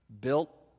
built